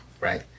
right